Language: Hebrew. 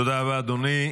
תודה רבה, אדוני.